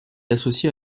associée